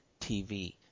TV